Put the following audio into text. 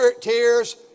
tears